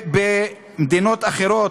למדינות אחרות.